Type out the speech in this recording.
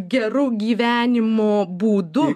geru gyvenimo būdu